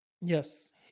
yes